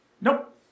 Nope